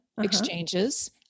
exchanges